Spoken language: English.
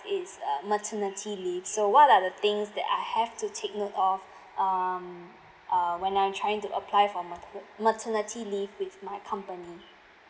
is uh maternity leave so what are the things that I have to take note of um uh when I'm trying to apply for mater~ maternity leave with my company